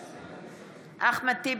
בעד אחמד טיבי,